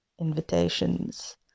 invitations